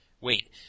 Wait